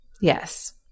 Yes